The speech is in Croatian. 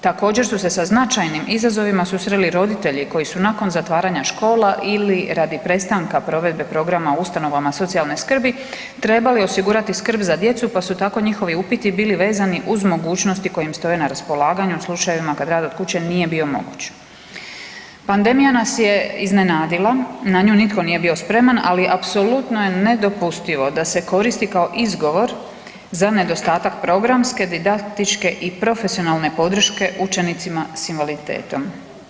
Također su se sa značajnim izazovima susreli roditelji koji su nakon zatvaranja škola ili radi prestanka programa provedbe u ustanovama socijalne skrbi trebali osigurati skrb za djedu pa su tako njihovi upiti bili vezani uz mogućnosti koje im stoje na raspolaganju u slučajevima kad rad od kuće nije bio moguć.“ Pandemija nas je iznenadila, na nju nitko nije bio spreman, ali apsolutno je nedopustivo da se koristi kao izgovor za nedostatak programske, didaktičke i profesionalne podrške učenicima s invaliditetom.